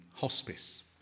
hospice